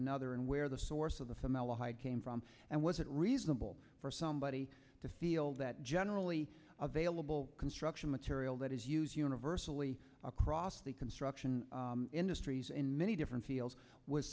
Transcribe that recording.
another and where the source of the formaldehyde came from and was it reasonable for somebody to feel that generally available construction material that is used universally across the construction industries in many different fields was